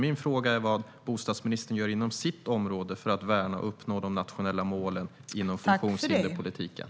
Min fråga är vad bostadsministern gör inom sitt område för att värna och uppnå de nationella målen inom funktionshinderspolitiken.